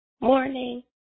Morning